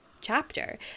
chapter